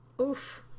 Oof